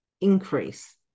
increase